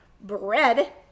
bread